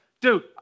Dude